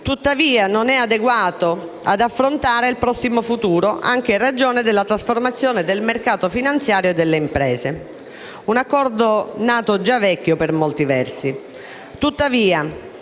tuttavia non è adeguato ad affrontare il prossimo futuro, anche in ragione della trasformazione del mercato finanziario e delle imprese. È un accordo nato già vecchio per molti versi.